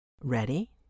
Ready